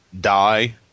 die